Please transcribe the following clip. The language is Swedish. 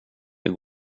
det